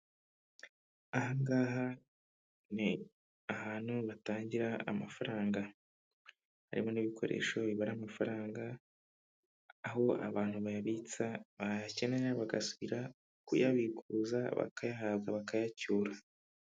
Aha ngaha ni ahantu batangira amafaranga harimo n'ibikoresho bibara amafaranga aho abantu bayabitsa bayakenera bagasubira kuyabikuza bakayahabwa bakayacyura.